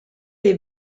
les